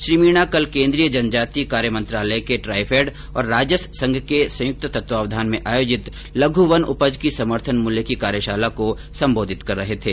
श्री मीणा कल केन्द्रीय जनजाति कार्य मंत्रालय के ट्राईफेड और राजस संघ के संयुक्त तत्वावधान में आयोजित लघ् वन उपज की समर्थन मूल्य की कार्यशाला को संबोधित कर रहे थे